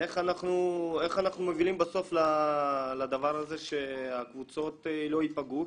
איך אנחנו מובילים בסוף לדבר הזה שהקבוצות לא ייפגעו?